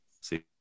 See